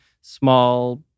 small